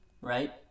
right